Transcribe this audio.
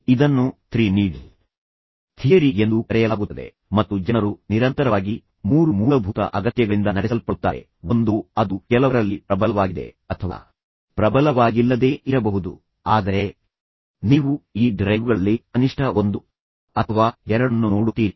ಇದನ್ನು three need theory ಎಂದೂ ಕರೆಯಲಾಗುತ್ತದೆ ಮತ್ತು ನಂತರ ಜನರು ನಿರಂತರವಾಗಿ ಮೂರು ಮೂಲಭೂತ ಅಗತ್ಯಗಳಿಂದ ನಡೆಸಲ್ಪಡುತ್ತಾರೆ ಒಂದೋ ಅದು ಕೆಲವರಲ್ಲಿ ಪ್ರಬಲವಾಗಿದೆ ಅಥವಾ ಪ್ರಬಲವಾಗಿಲ್ಲದೇ ಇರಬಹುದು ಆದರೆ ನೀವು ಈ ಡ್ರೈವ್ಗಳಲ್ಲಿ ಕನಿಷ್ಠ ಒಂದು ಅಥವಾ ಎರಡನ್ನು ನೋಡುತ್ತೀರಿ